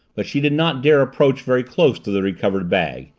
but she did not dare approach very close to the recovered bag.